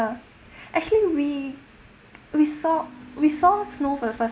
actually we we saw we saw snow for the first